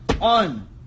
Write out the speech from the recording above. On